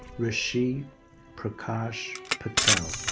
rishi prakash patel.